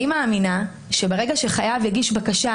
אני מאמינה שברגע שחייב יגיש בקשה